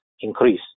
increase